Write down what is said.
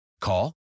Call